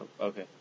Okay